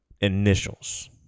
Initials